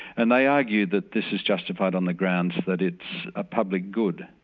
and they argue that this is justified on the grounds that it's a public good.